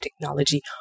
technology